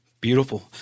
Beautiful